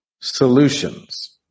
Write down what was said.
solutions